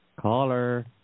Caller